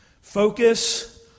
focus